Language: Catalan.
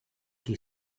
qui